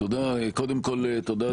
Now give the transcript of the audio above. קודם כל תודה,